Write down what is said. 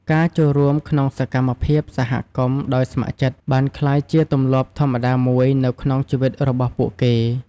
ការចូលរួមក្នុងសកម្មភាពសហគមន៍ដោយស្ម័គ្រចិត្តបានក្លាយជាទម្លាប់ធម្មតាមួយនៅក្នុងជីវិតរបស់ពួកគេ។